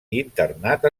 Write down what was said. internat